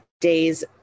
days